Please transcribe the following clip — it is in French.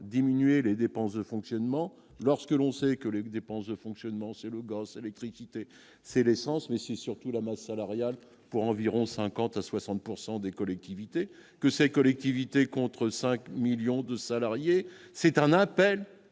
diminuer les dépenses de fonctionnement, lorsque l'on sait que les dépenses de fonctionnement, c'est le gosse, électricité, c'est l'essence mais c'est surtout la masse salariale pour environ 50 à 60 pourcent des des collectivités que ces collectivités contre 5 millions de salariés, c'est un appel,